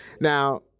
Now